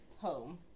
home